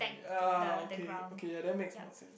ah okay okay ya that makes more sense